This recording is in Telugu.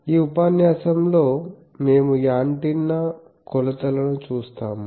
ఈ ఉపన్యాసంలో మేము యాంటెన్నా కొలతలను చూస్తాము